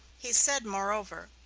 he said, moreover,